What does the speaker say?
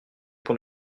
pour